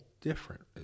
different